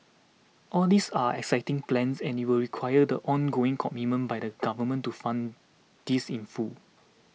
all these are exciting plans and it will require the ongoing commitment by the government to fund this in full